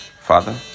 Father